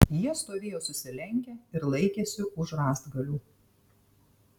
jie stovėjo susilenkę ir laikėsi už rąstgalių